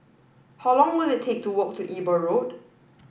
how long will it take to walk to Eber Road